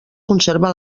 conserven